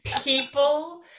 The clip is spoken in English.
People